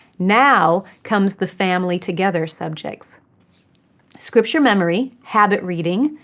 now comes the family-together subjects scripture memory, habit reading,